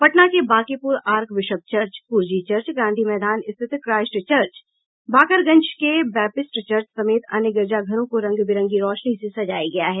पटना के Bankipur archbishop church Kurji church Gandhi Maidan स्थित Christ church Bakarganj के बैपटिस्ट चर्च समेत अन्य गिरिजाघरों को रंग बिरंगी रौशनी से सजाया गया है